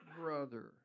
brother